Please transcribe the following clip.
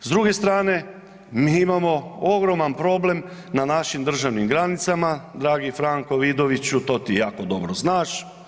S druge strane mi imamo ogroman problem na našim državnim granicama dragi Franko Vidoviću to ti jako dobro znaš.